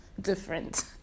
different